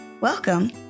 Welcome